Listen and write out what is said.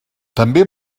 també